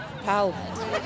pal